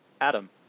Adam